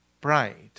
pride